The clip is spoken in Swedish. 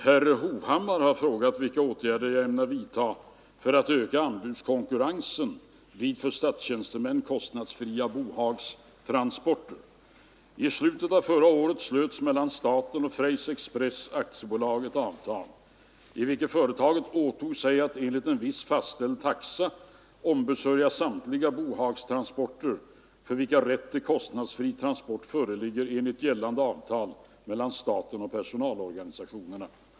Herr talman! Herr Hovhammar har frågat mig vilka åtgärder jag ämnar vidta för att öka anbudskonkurrensen vid för statstjänstemän kostnadsfria bohagstransporter. I slutet av förra året slöts mellan staten och Freys express AB ett avtal, i vilket företaget åtog sig att enligt en viss fastställd taxa ombesörja samtliga bohagstransporter för vilka rätt till kostnadsfri transport föreligger enligt gällande avtal mellan staten och personalorganisationerna.